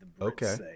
okay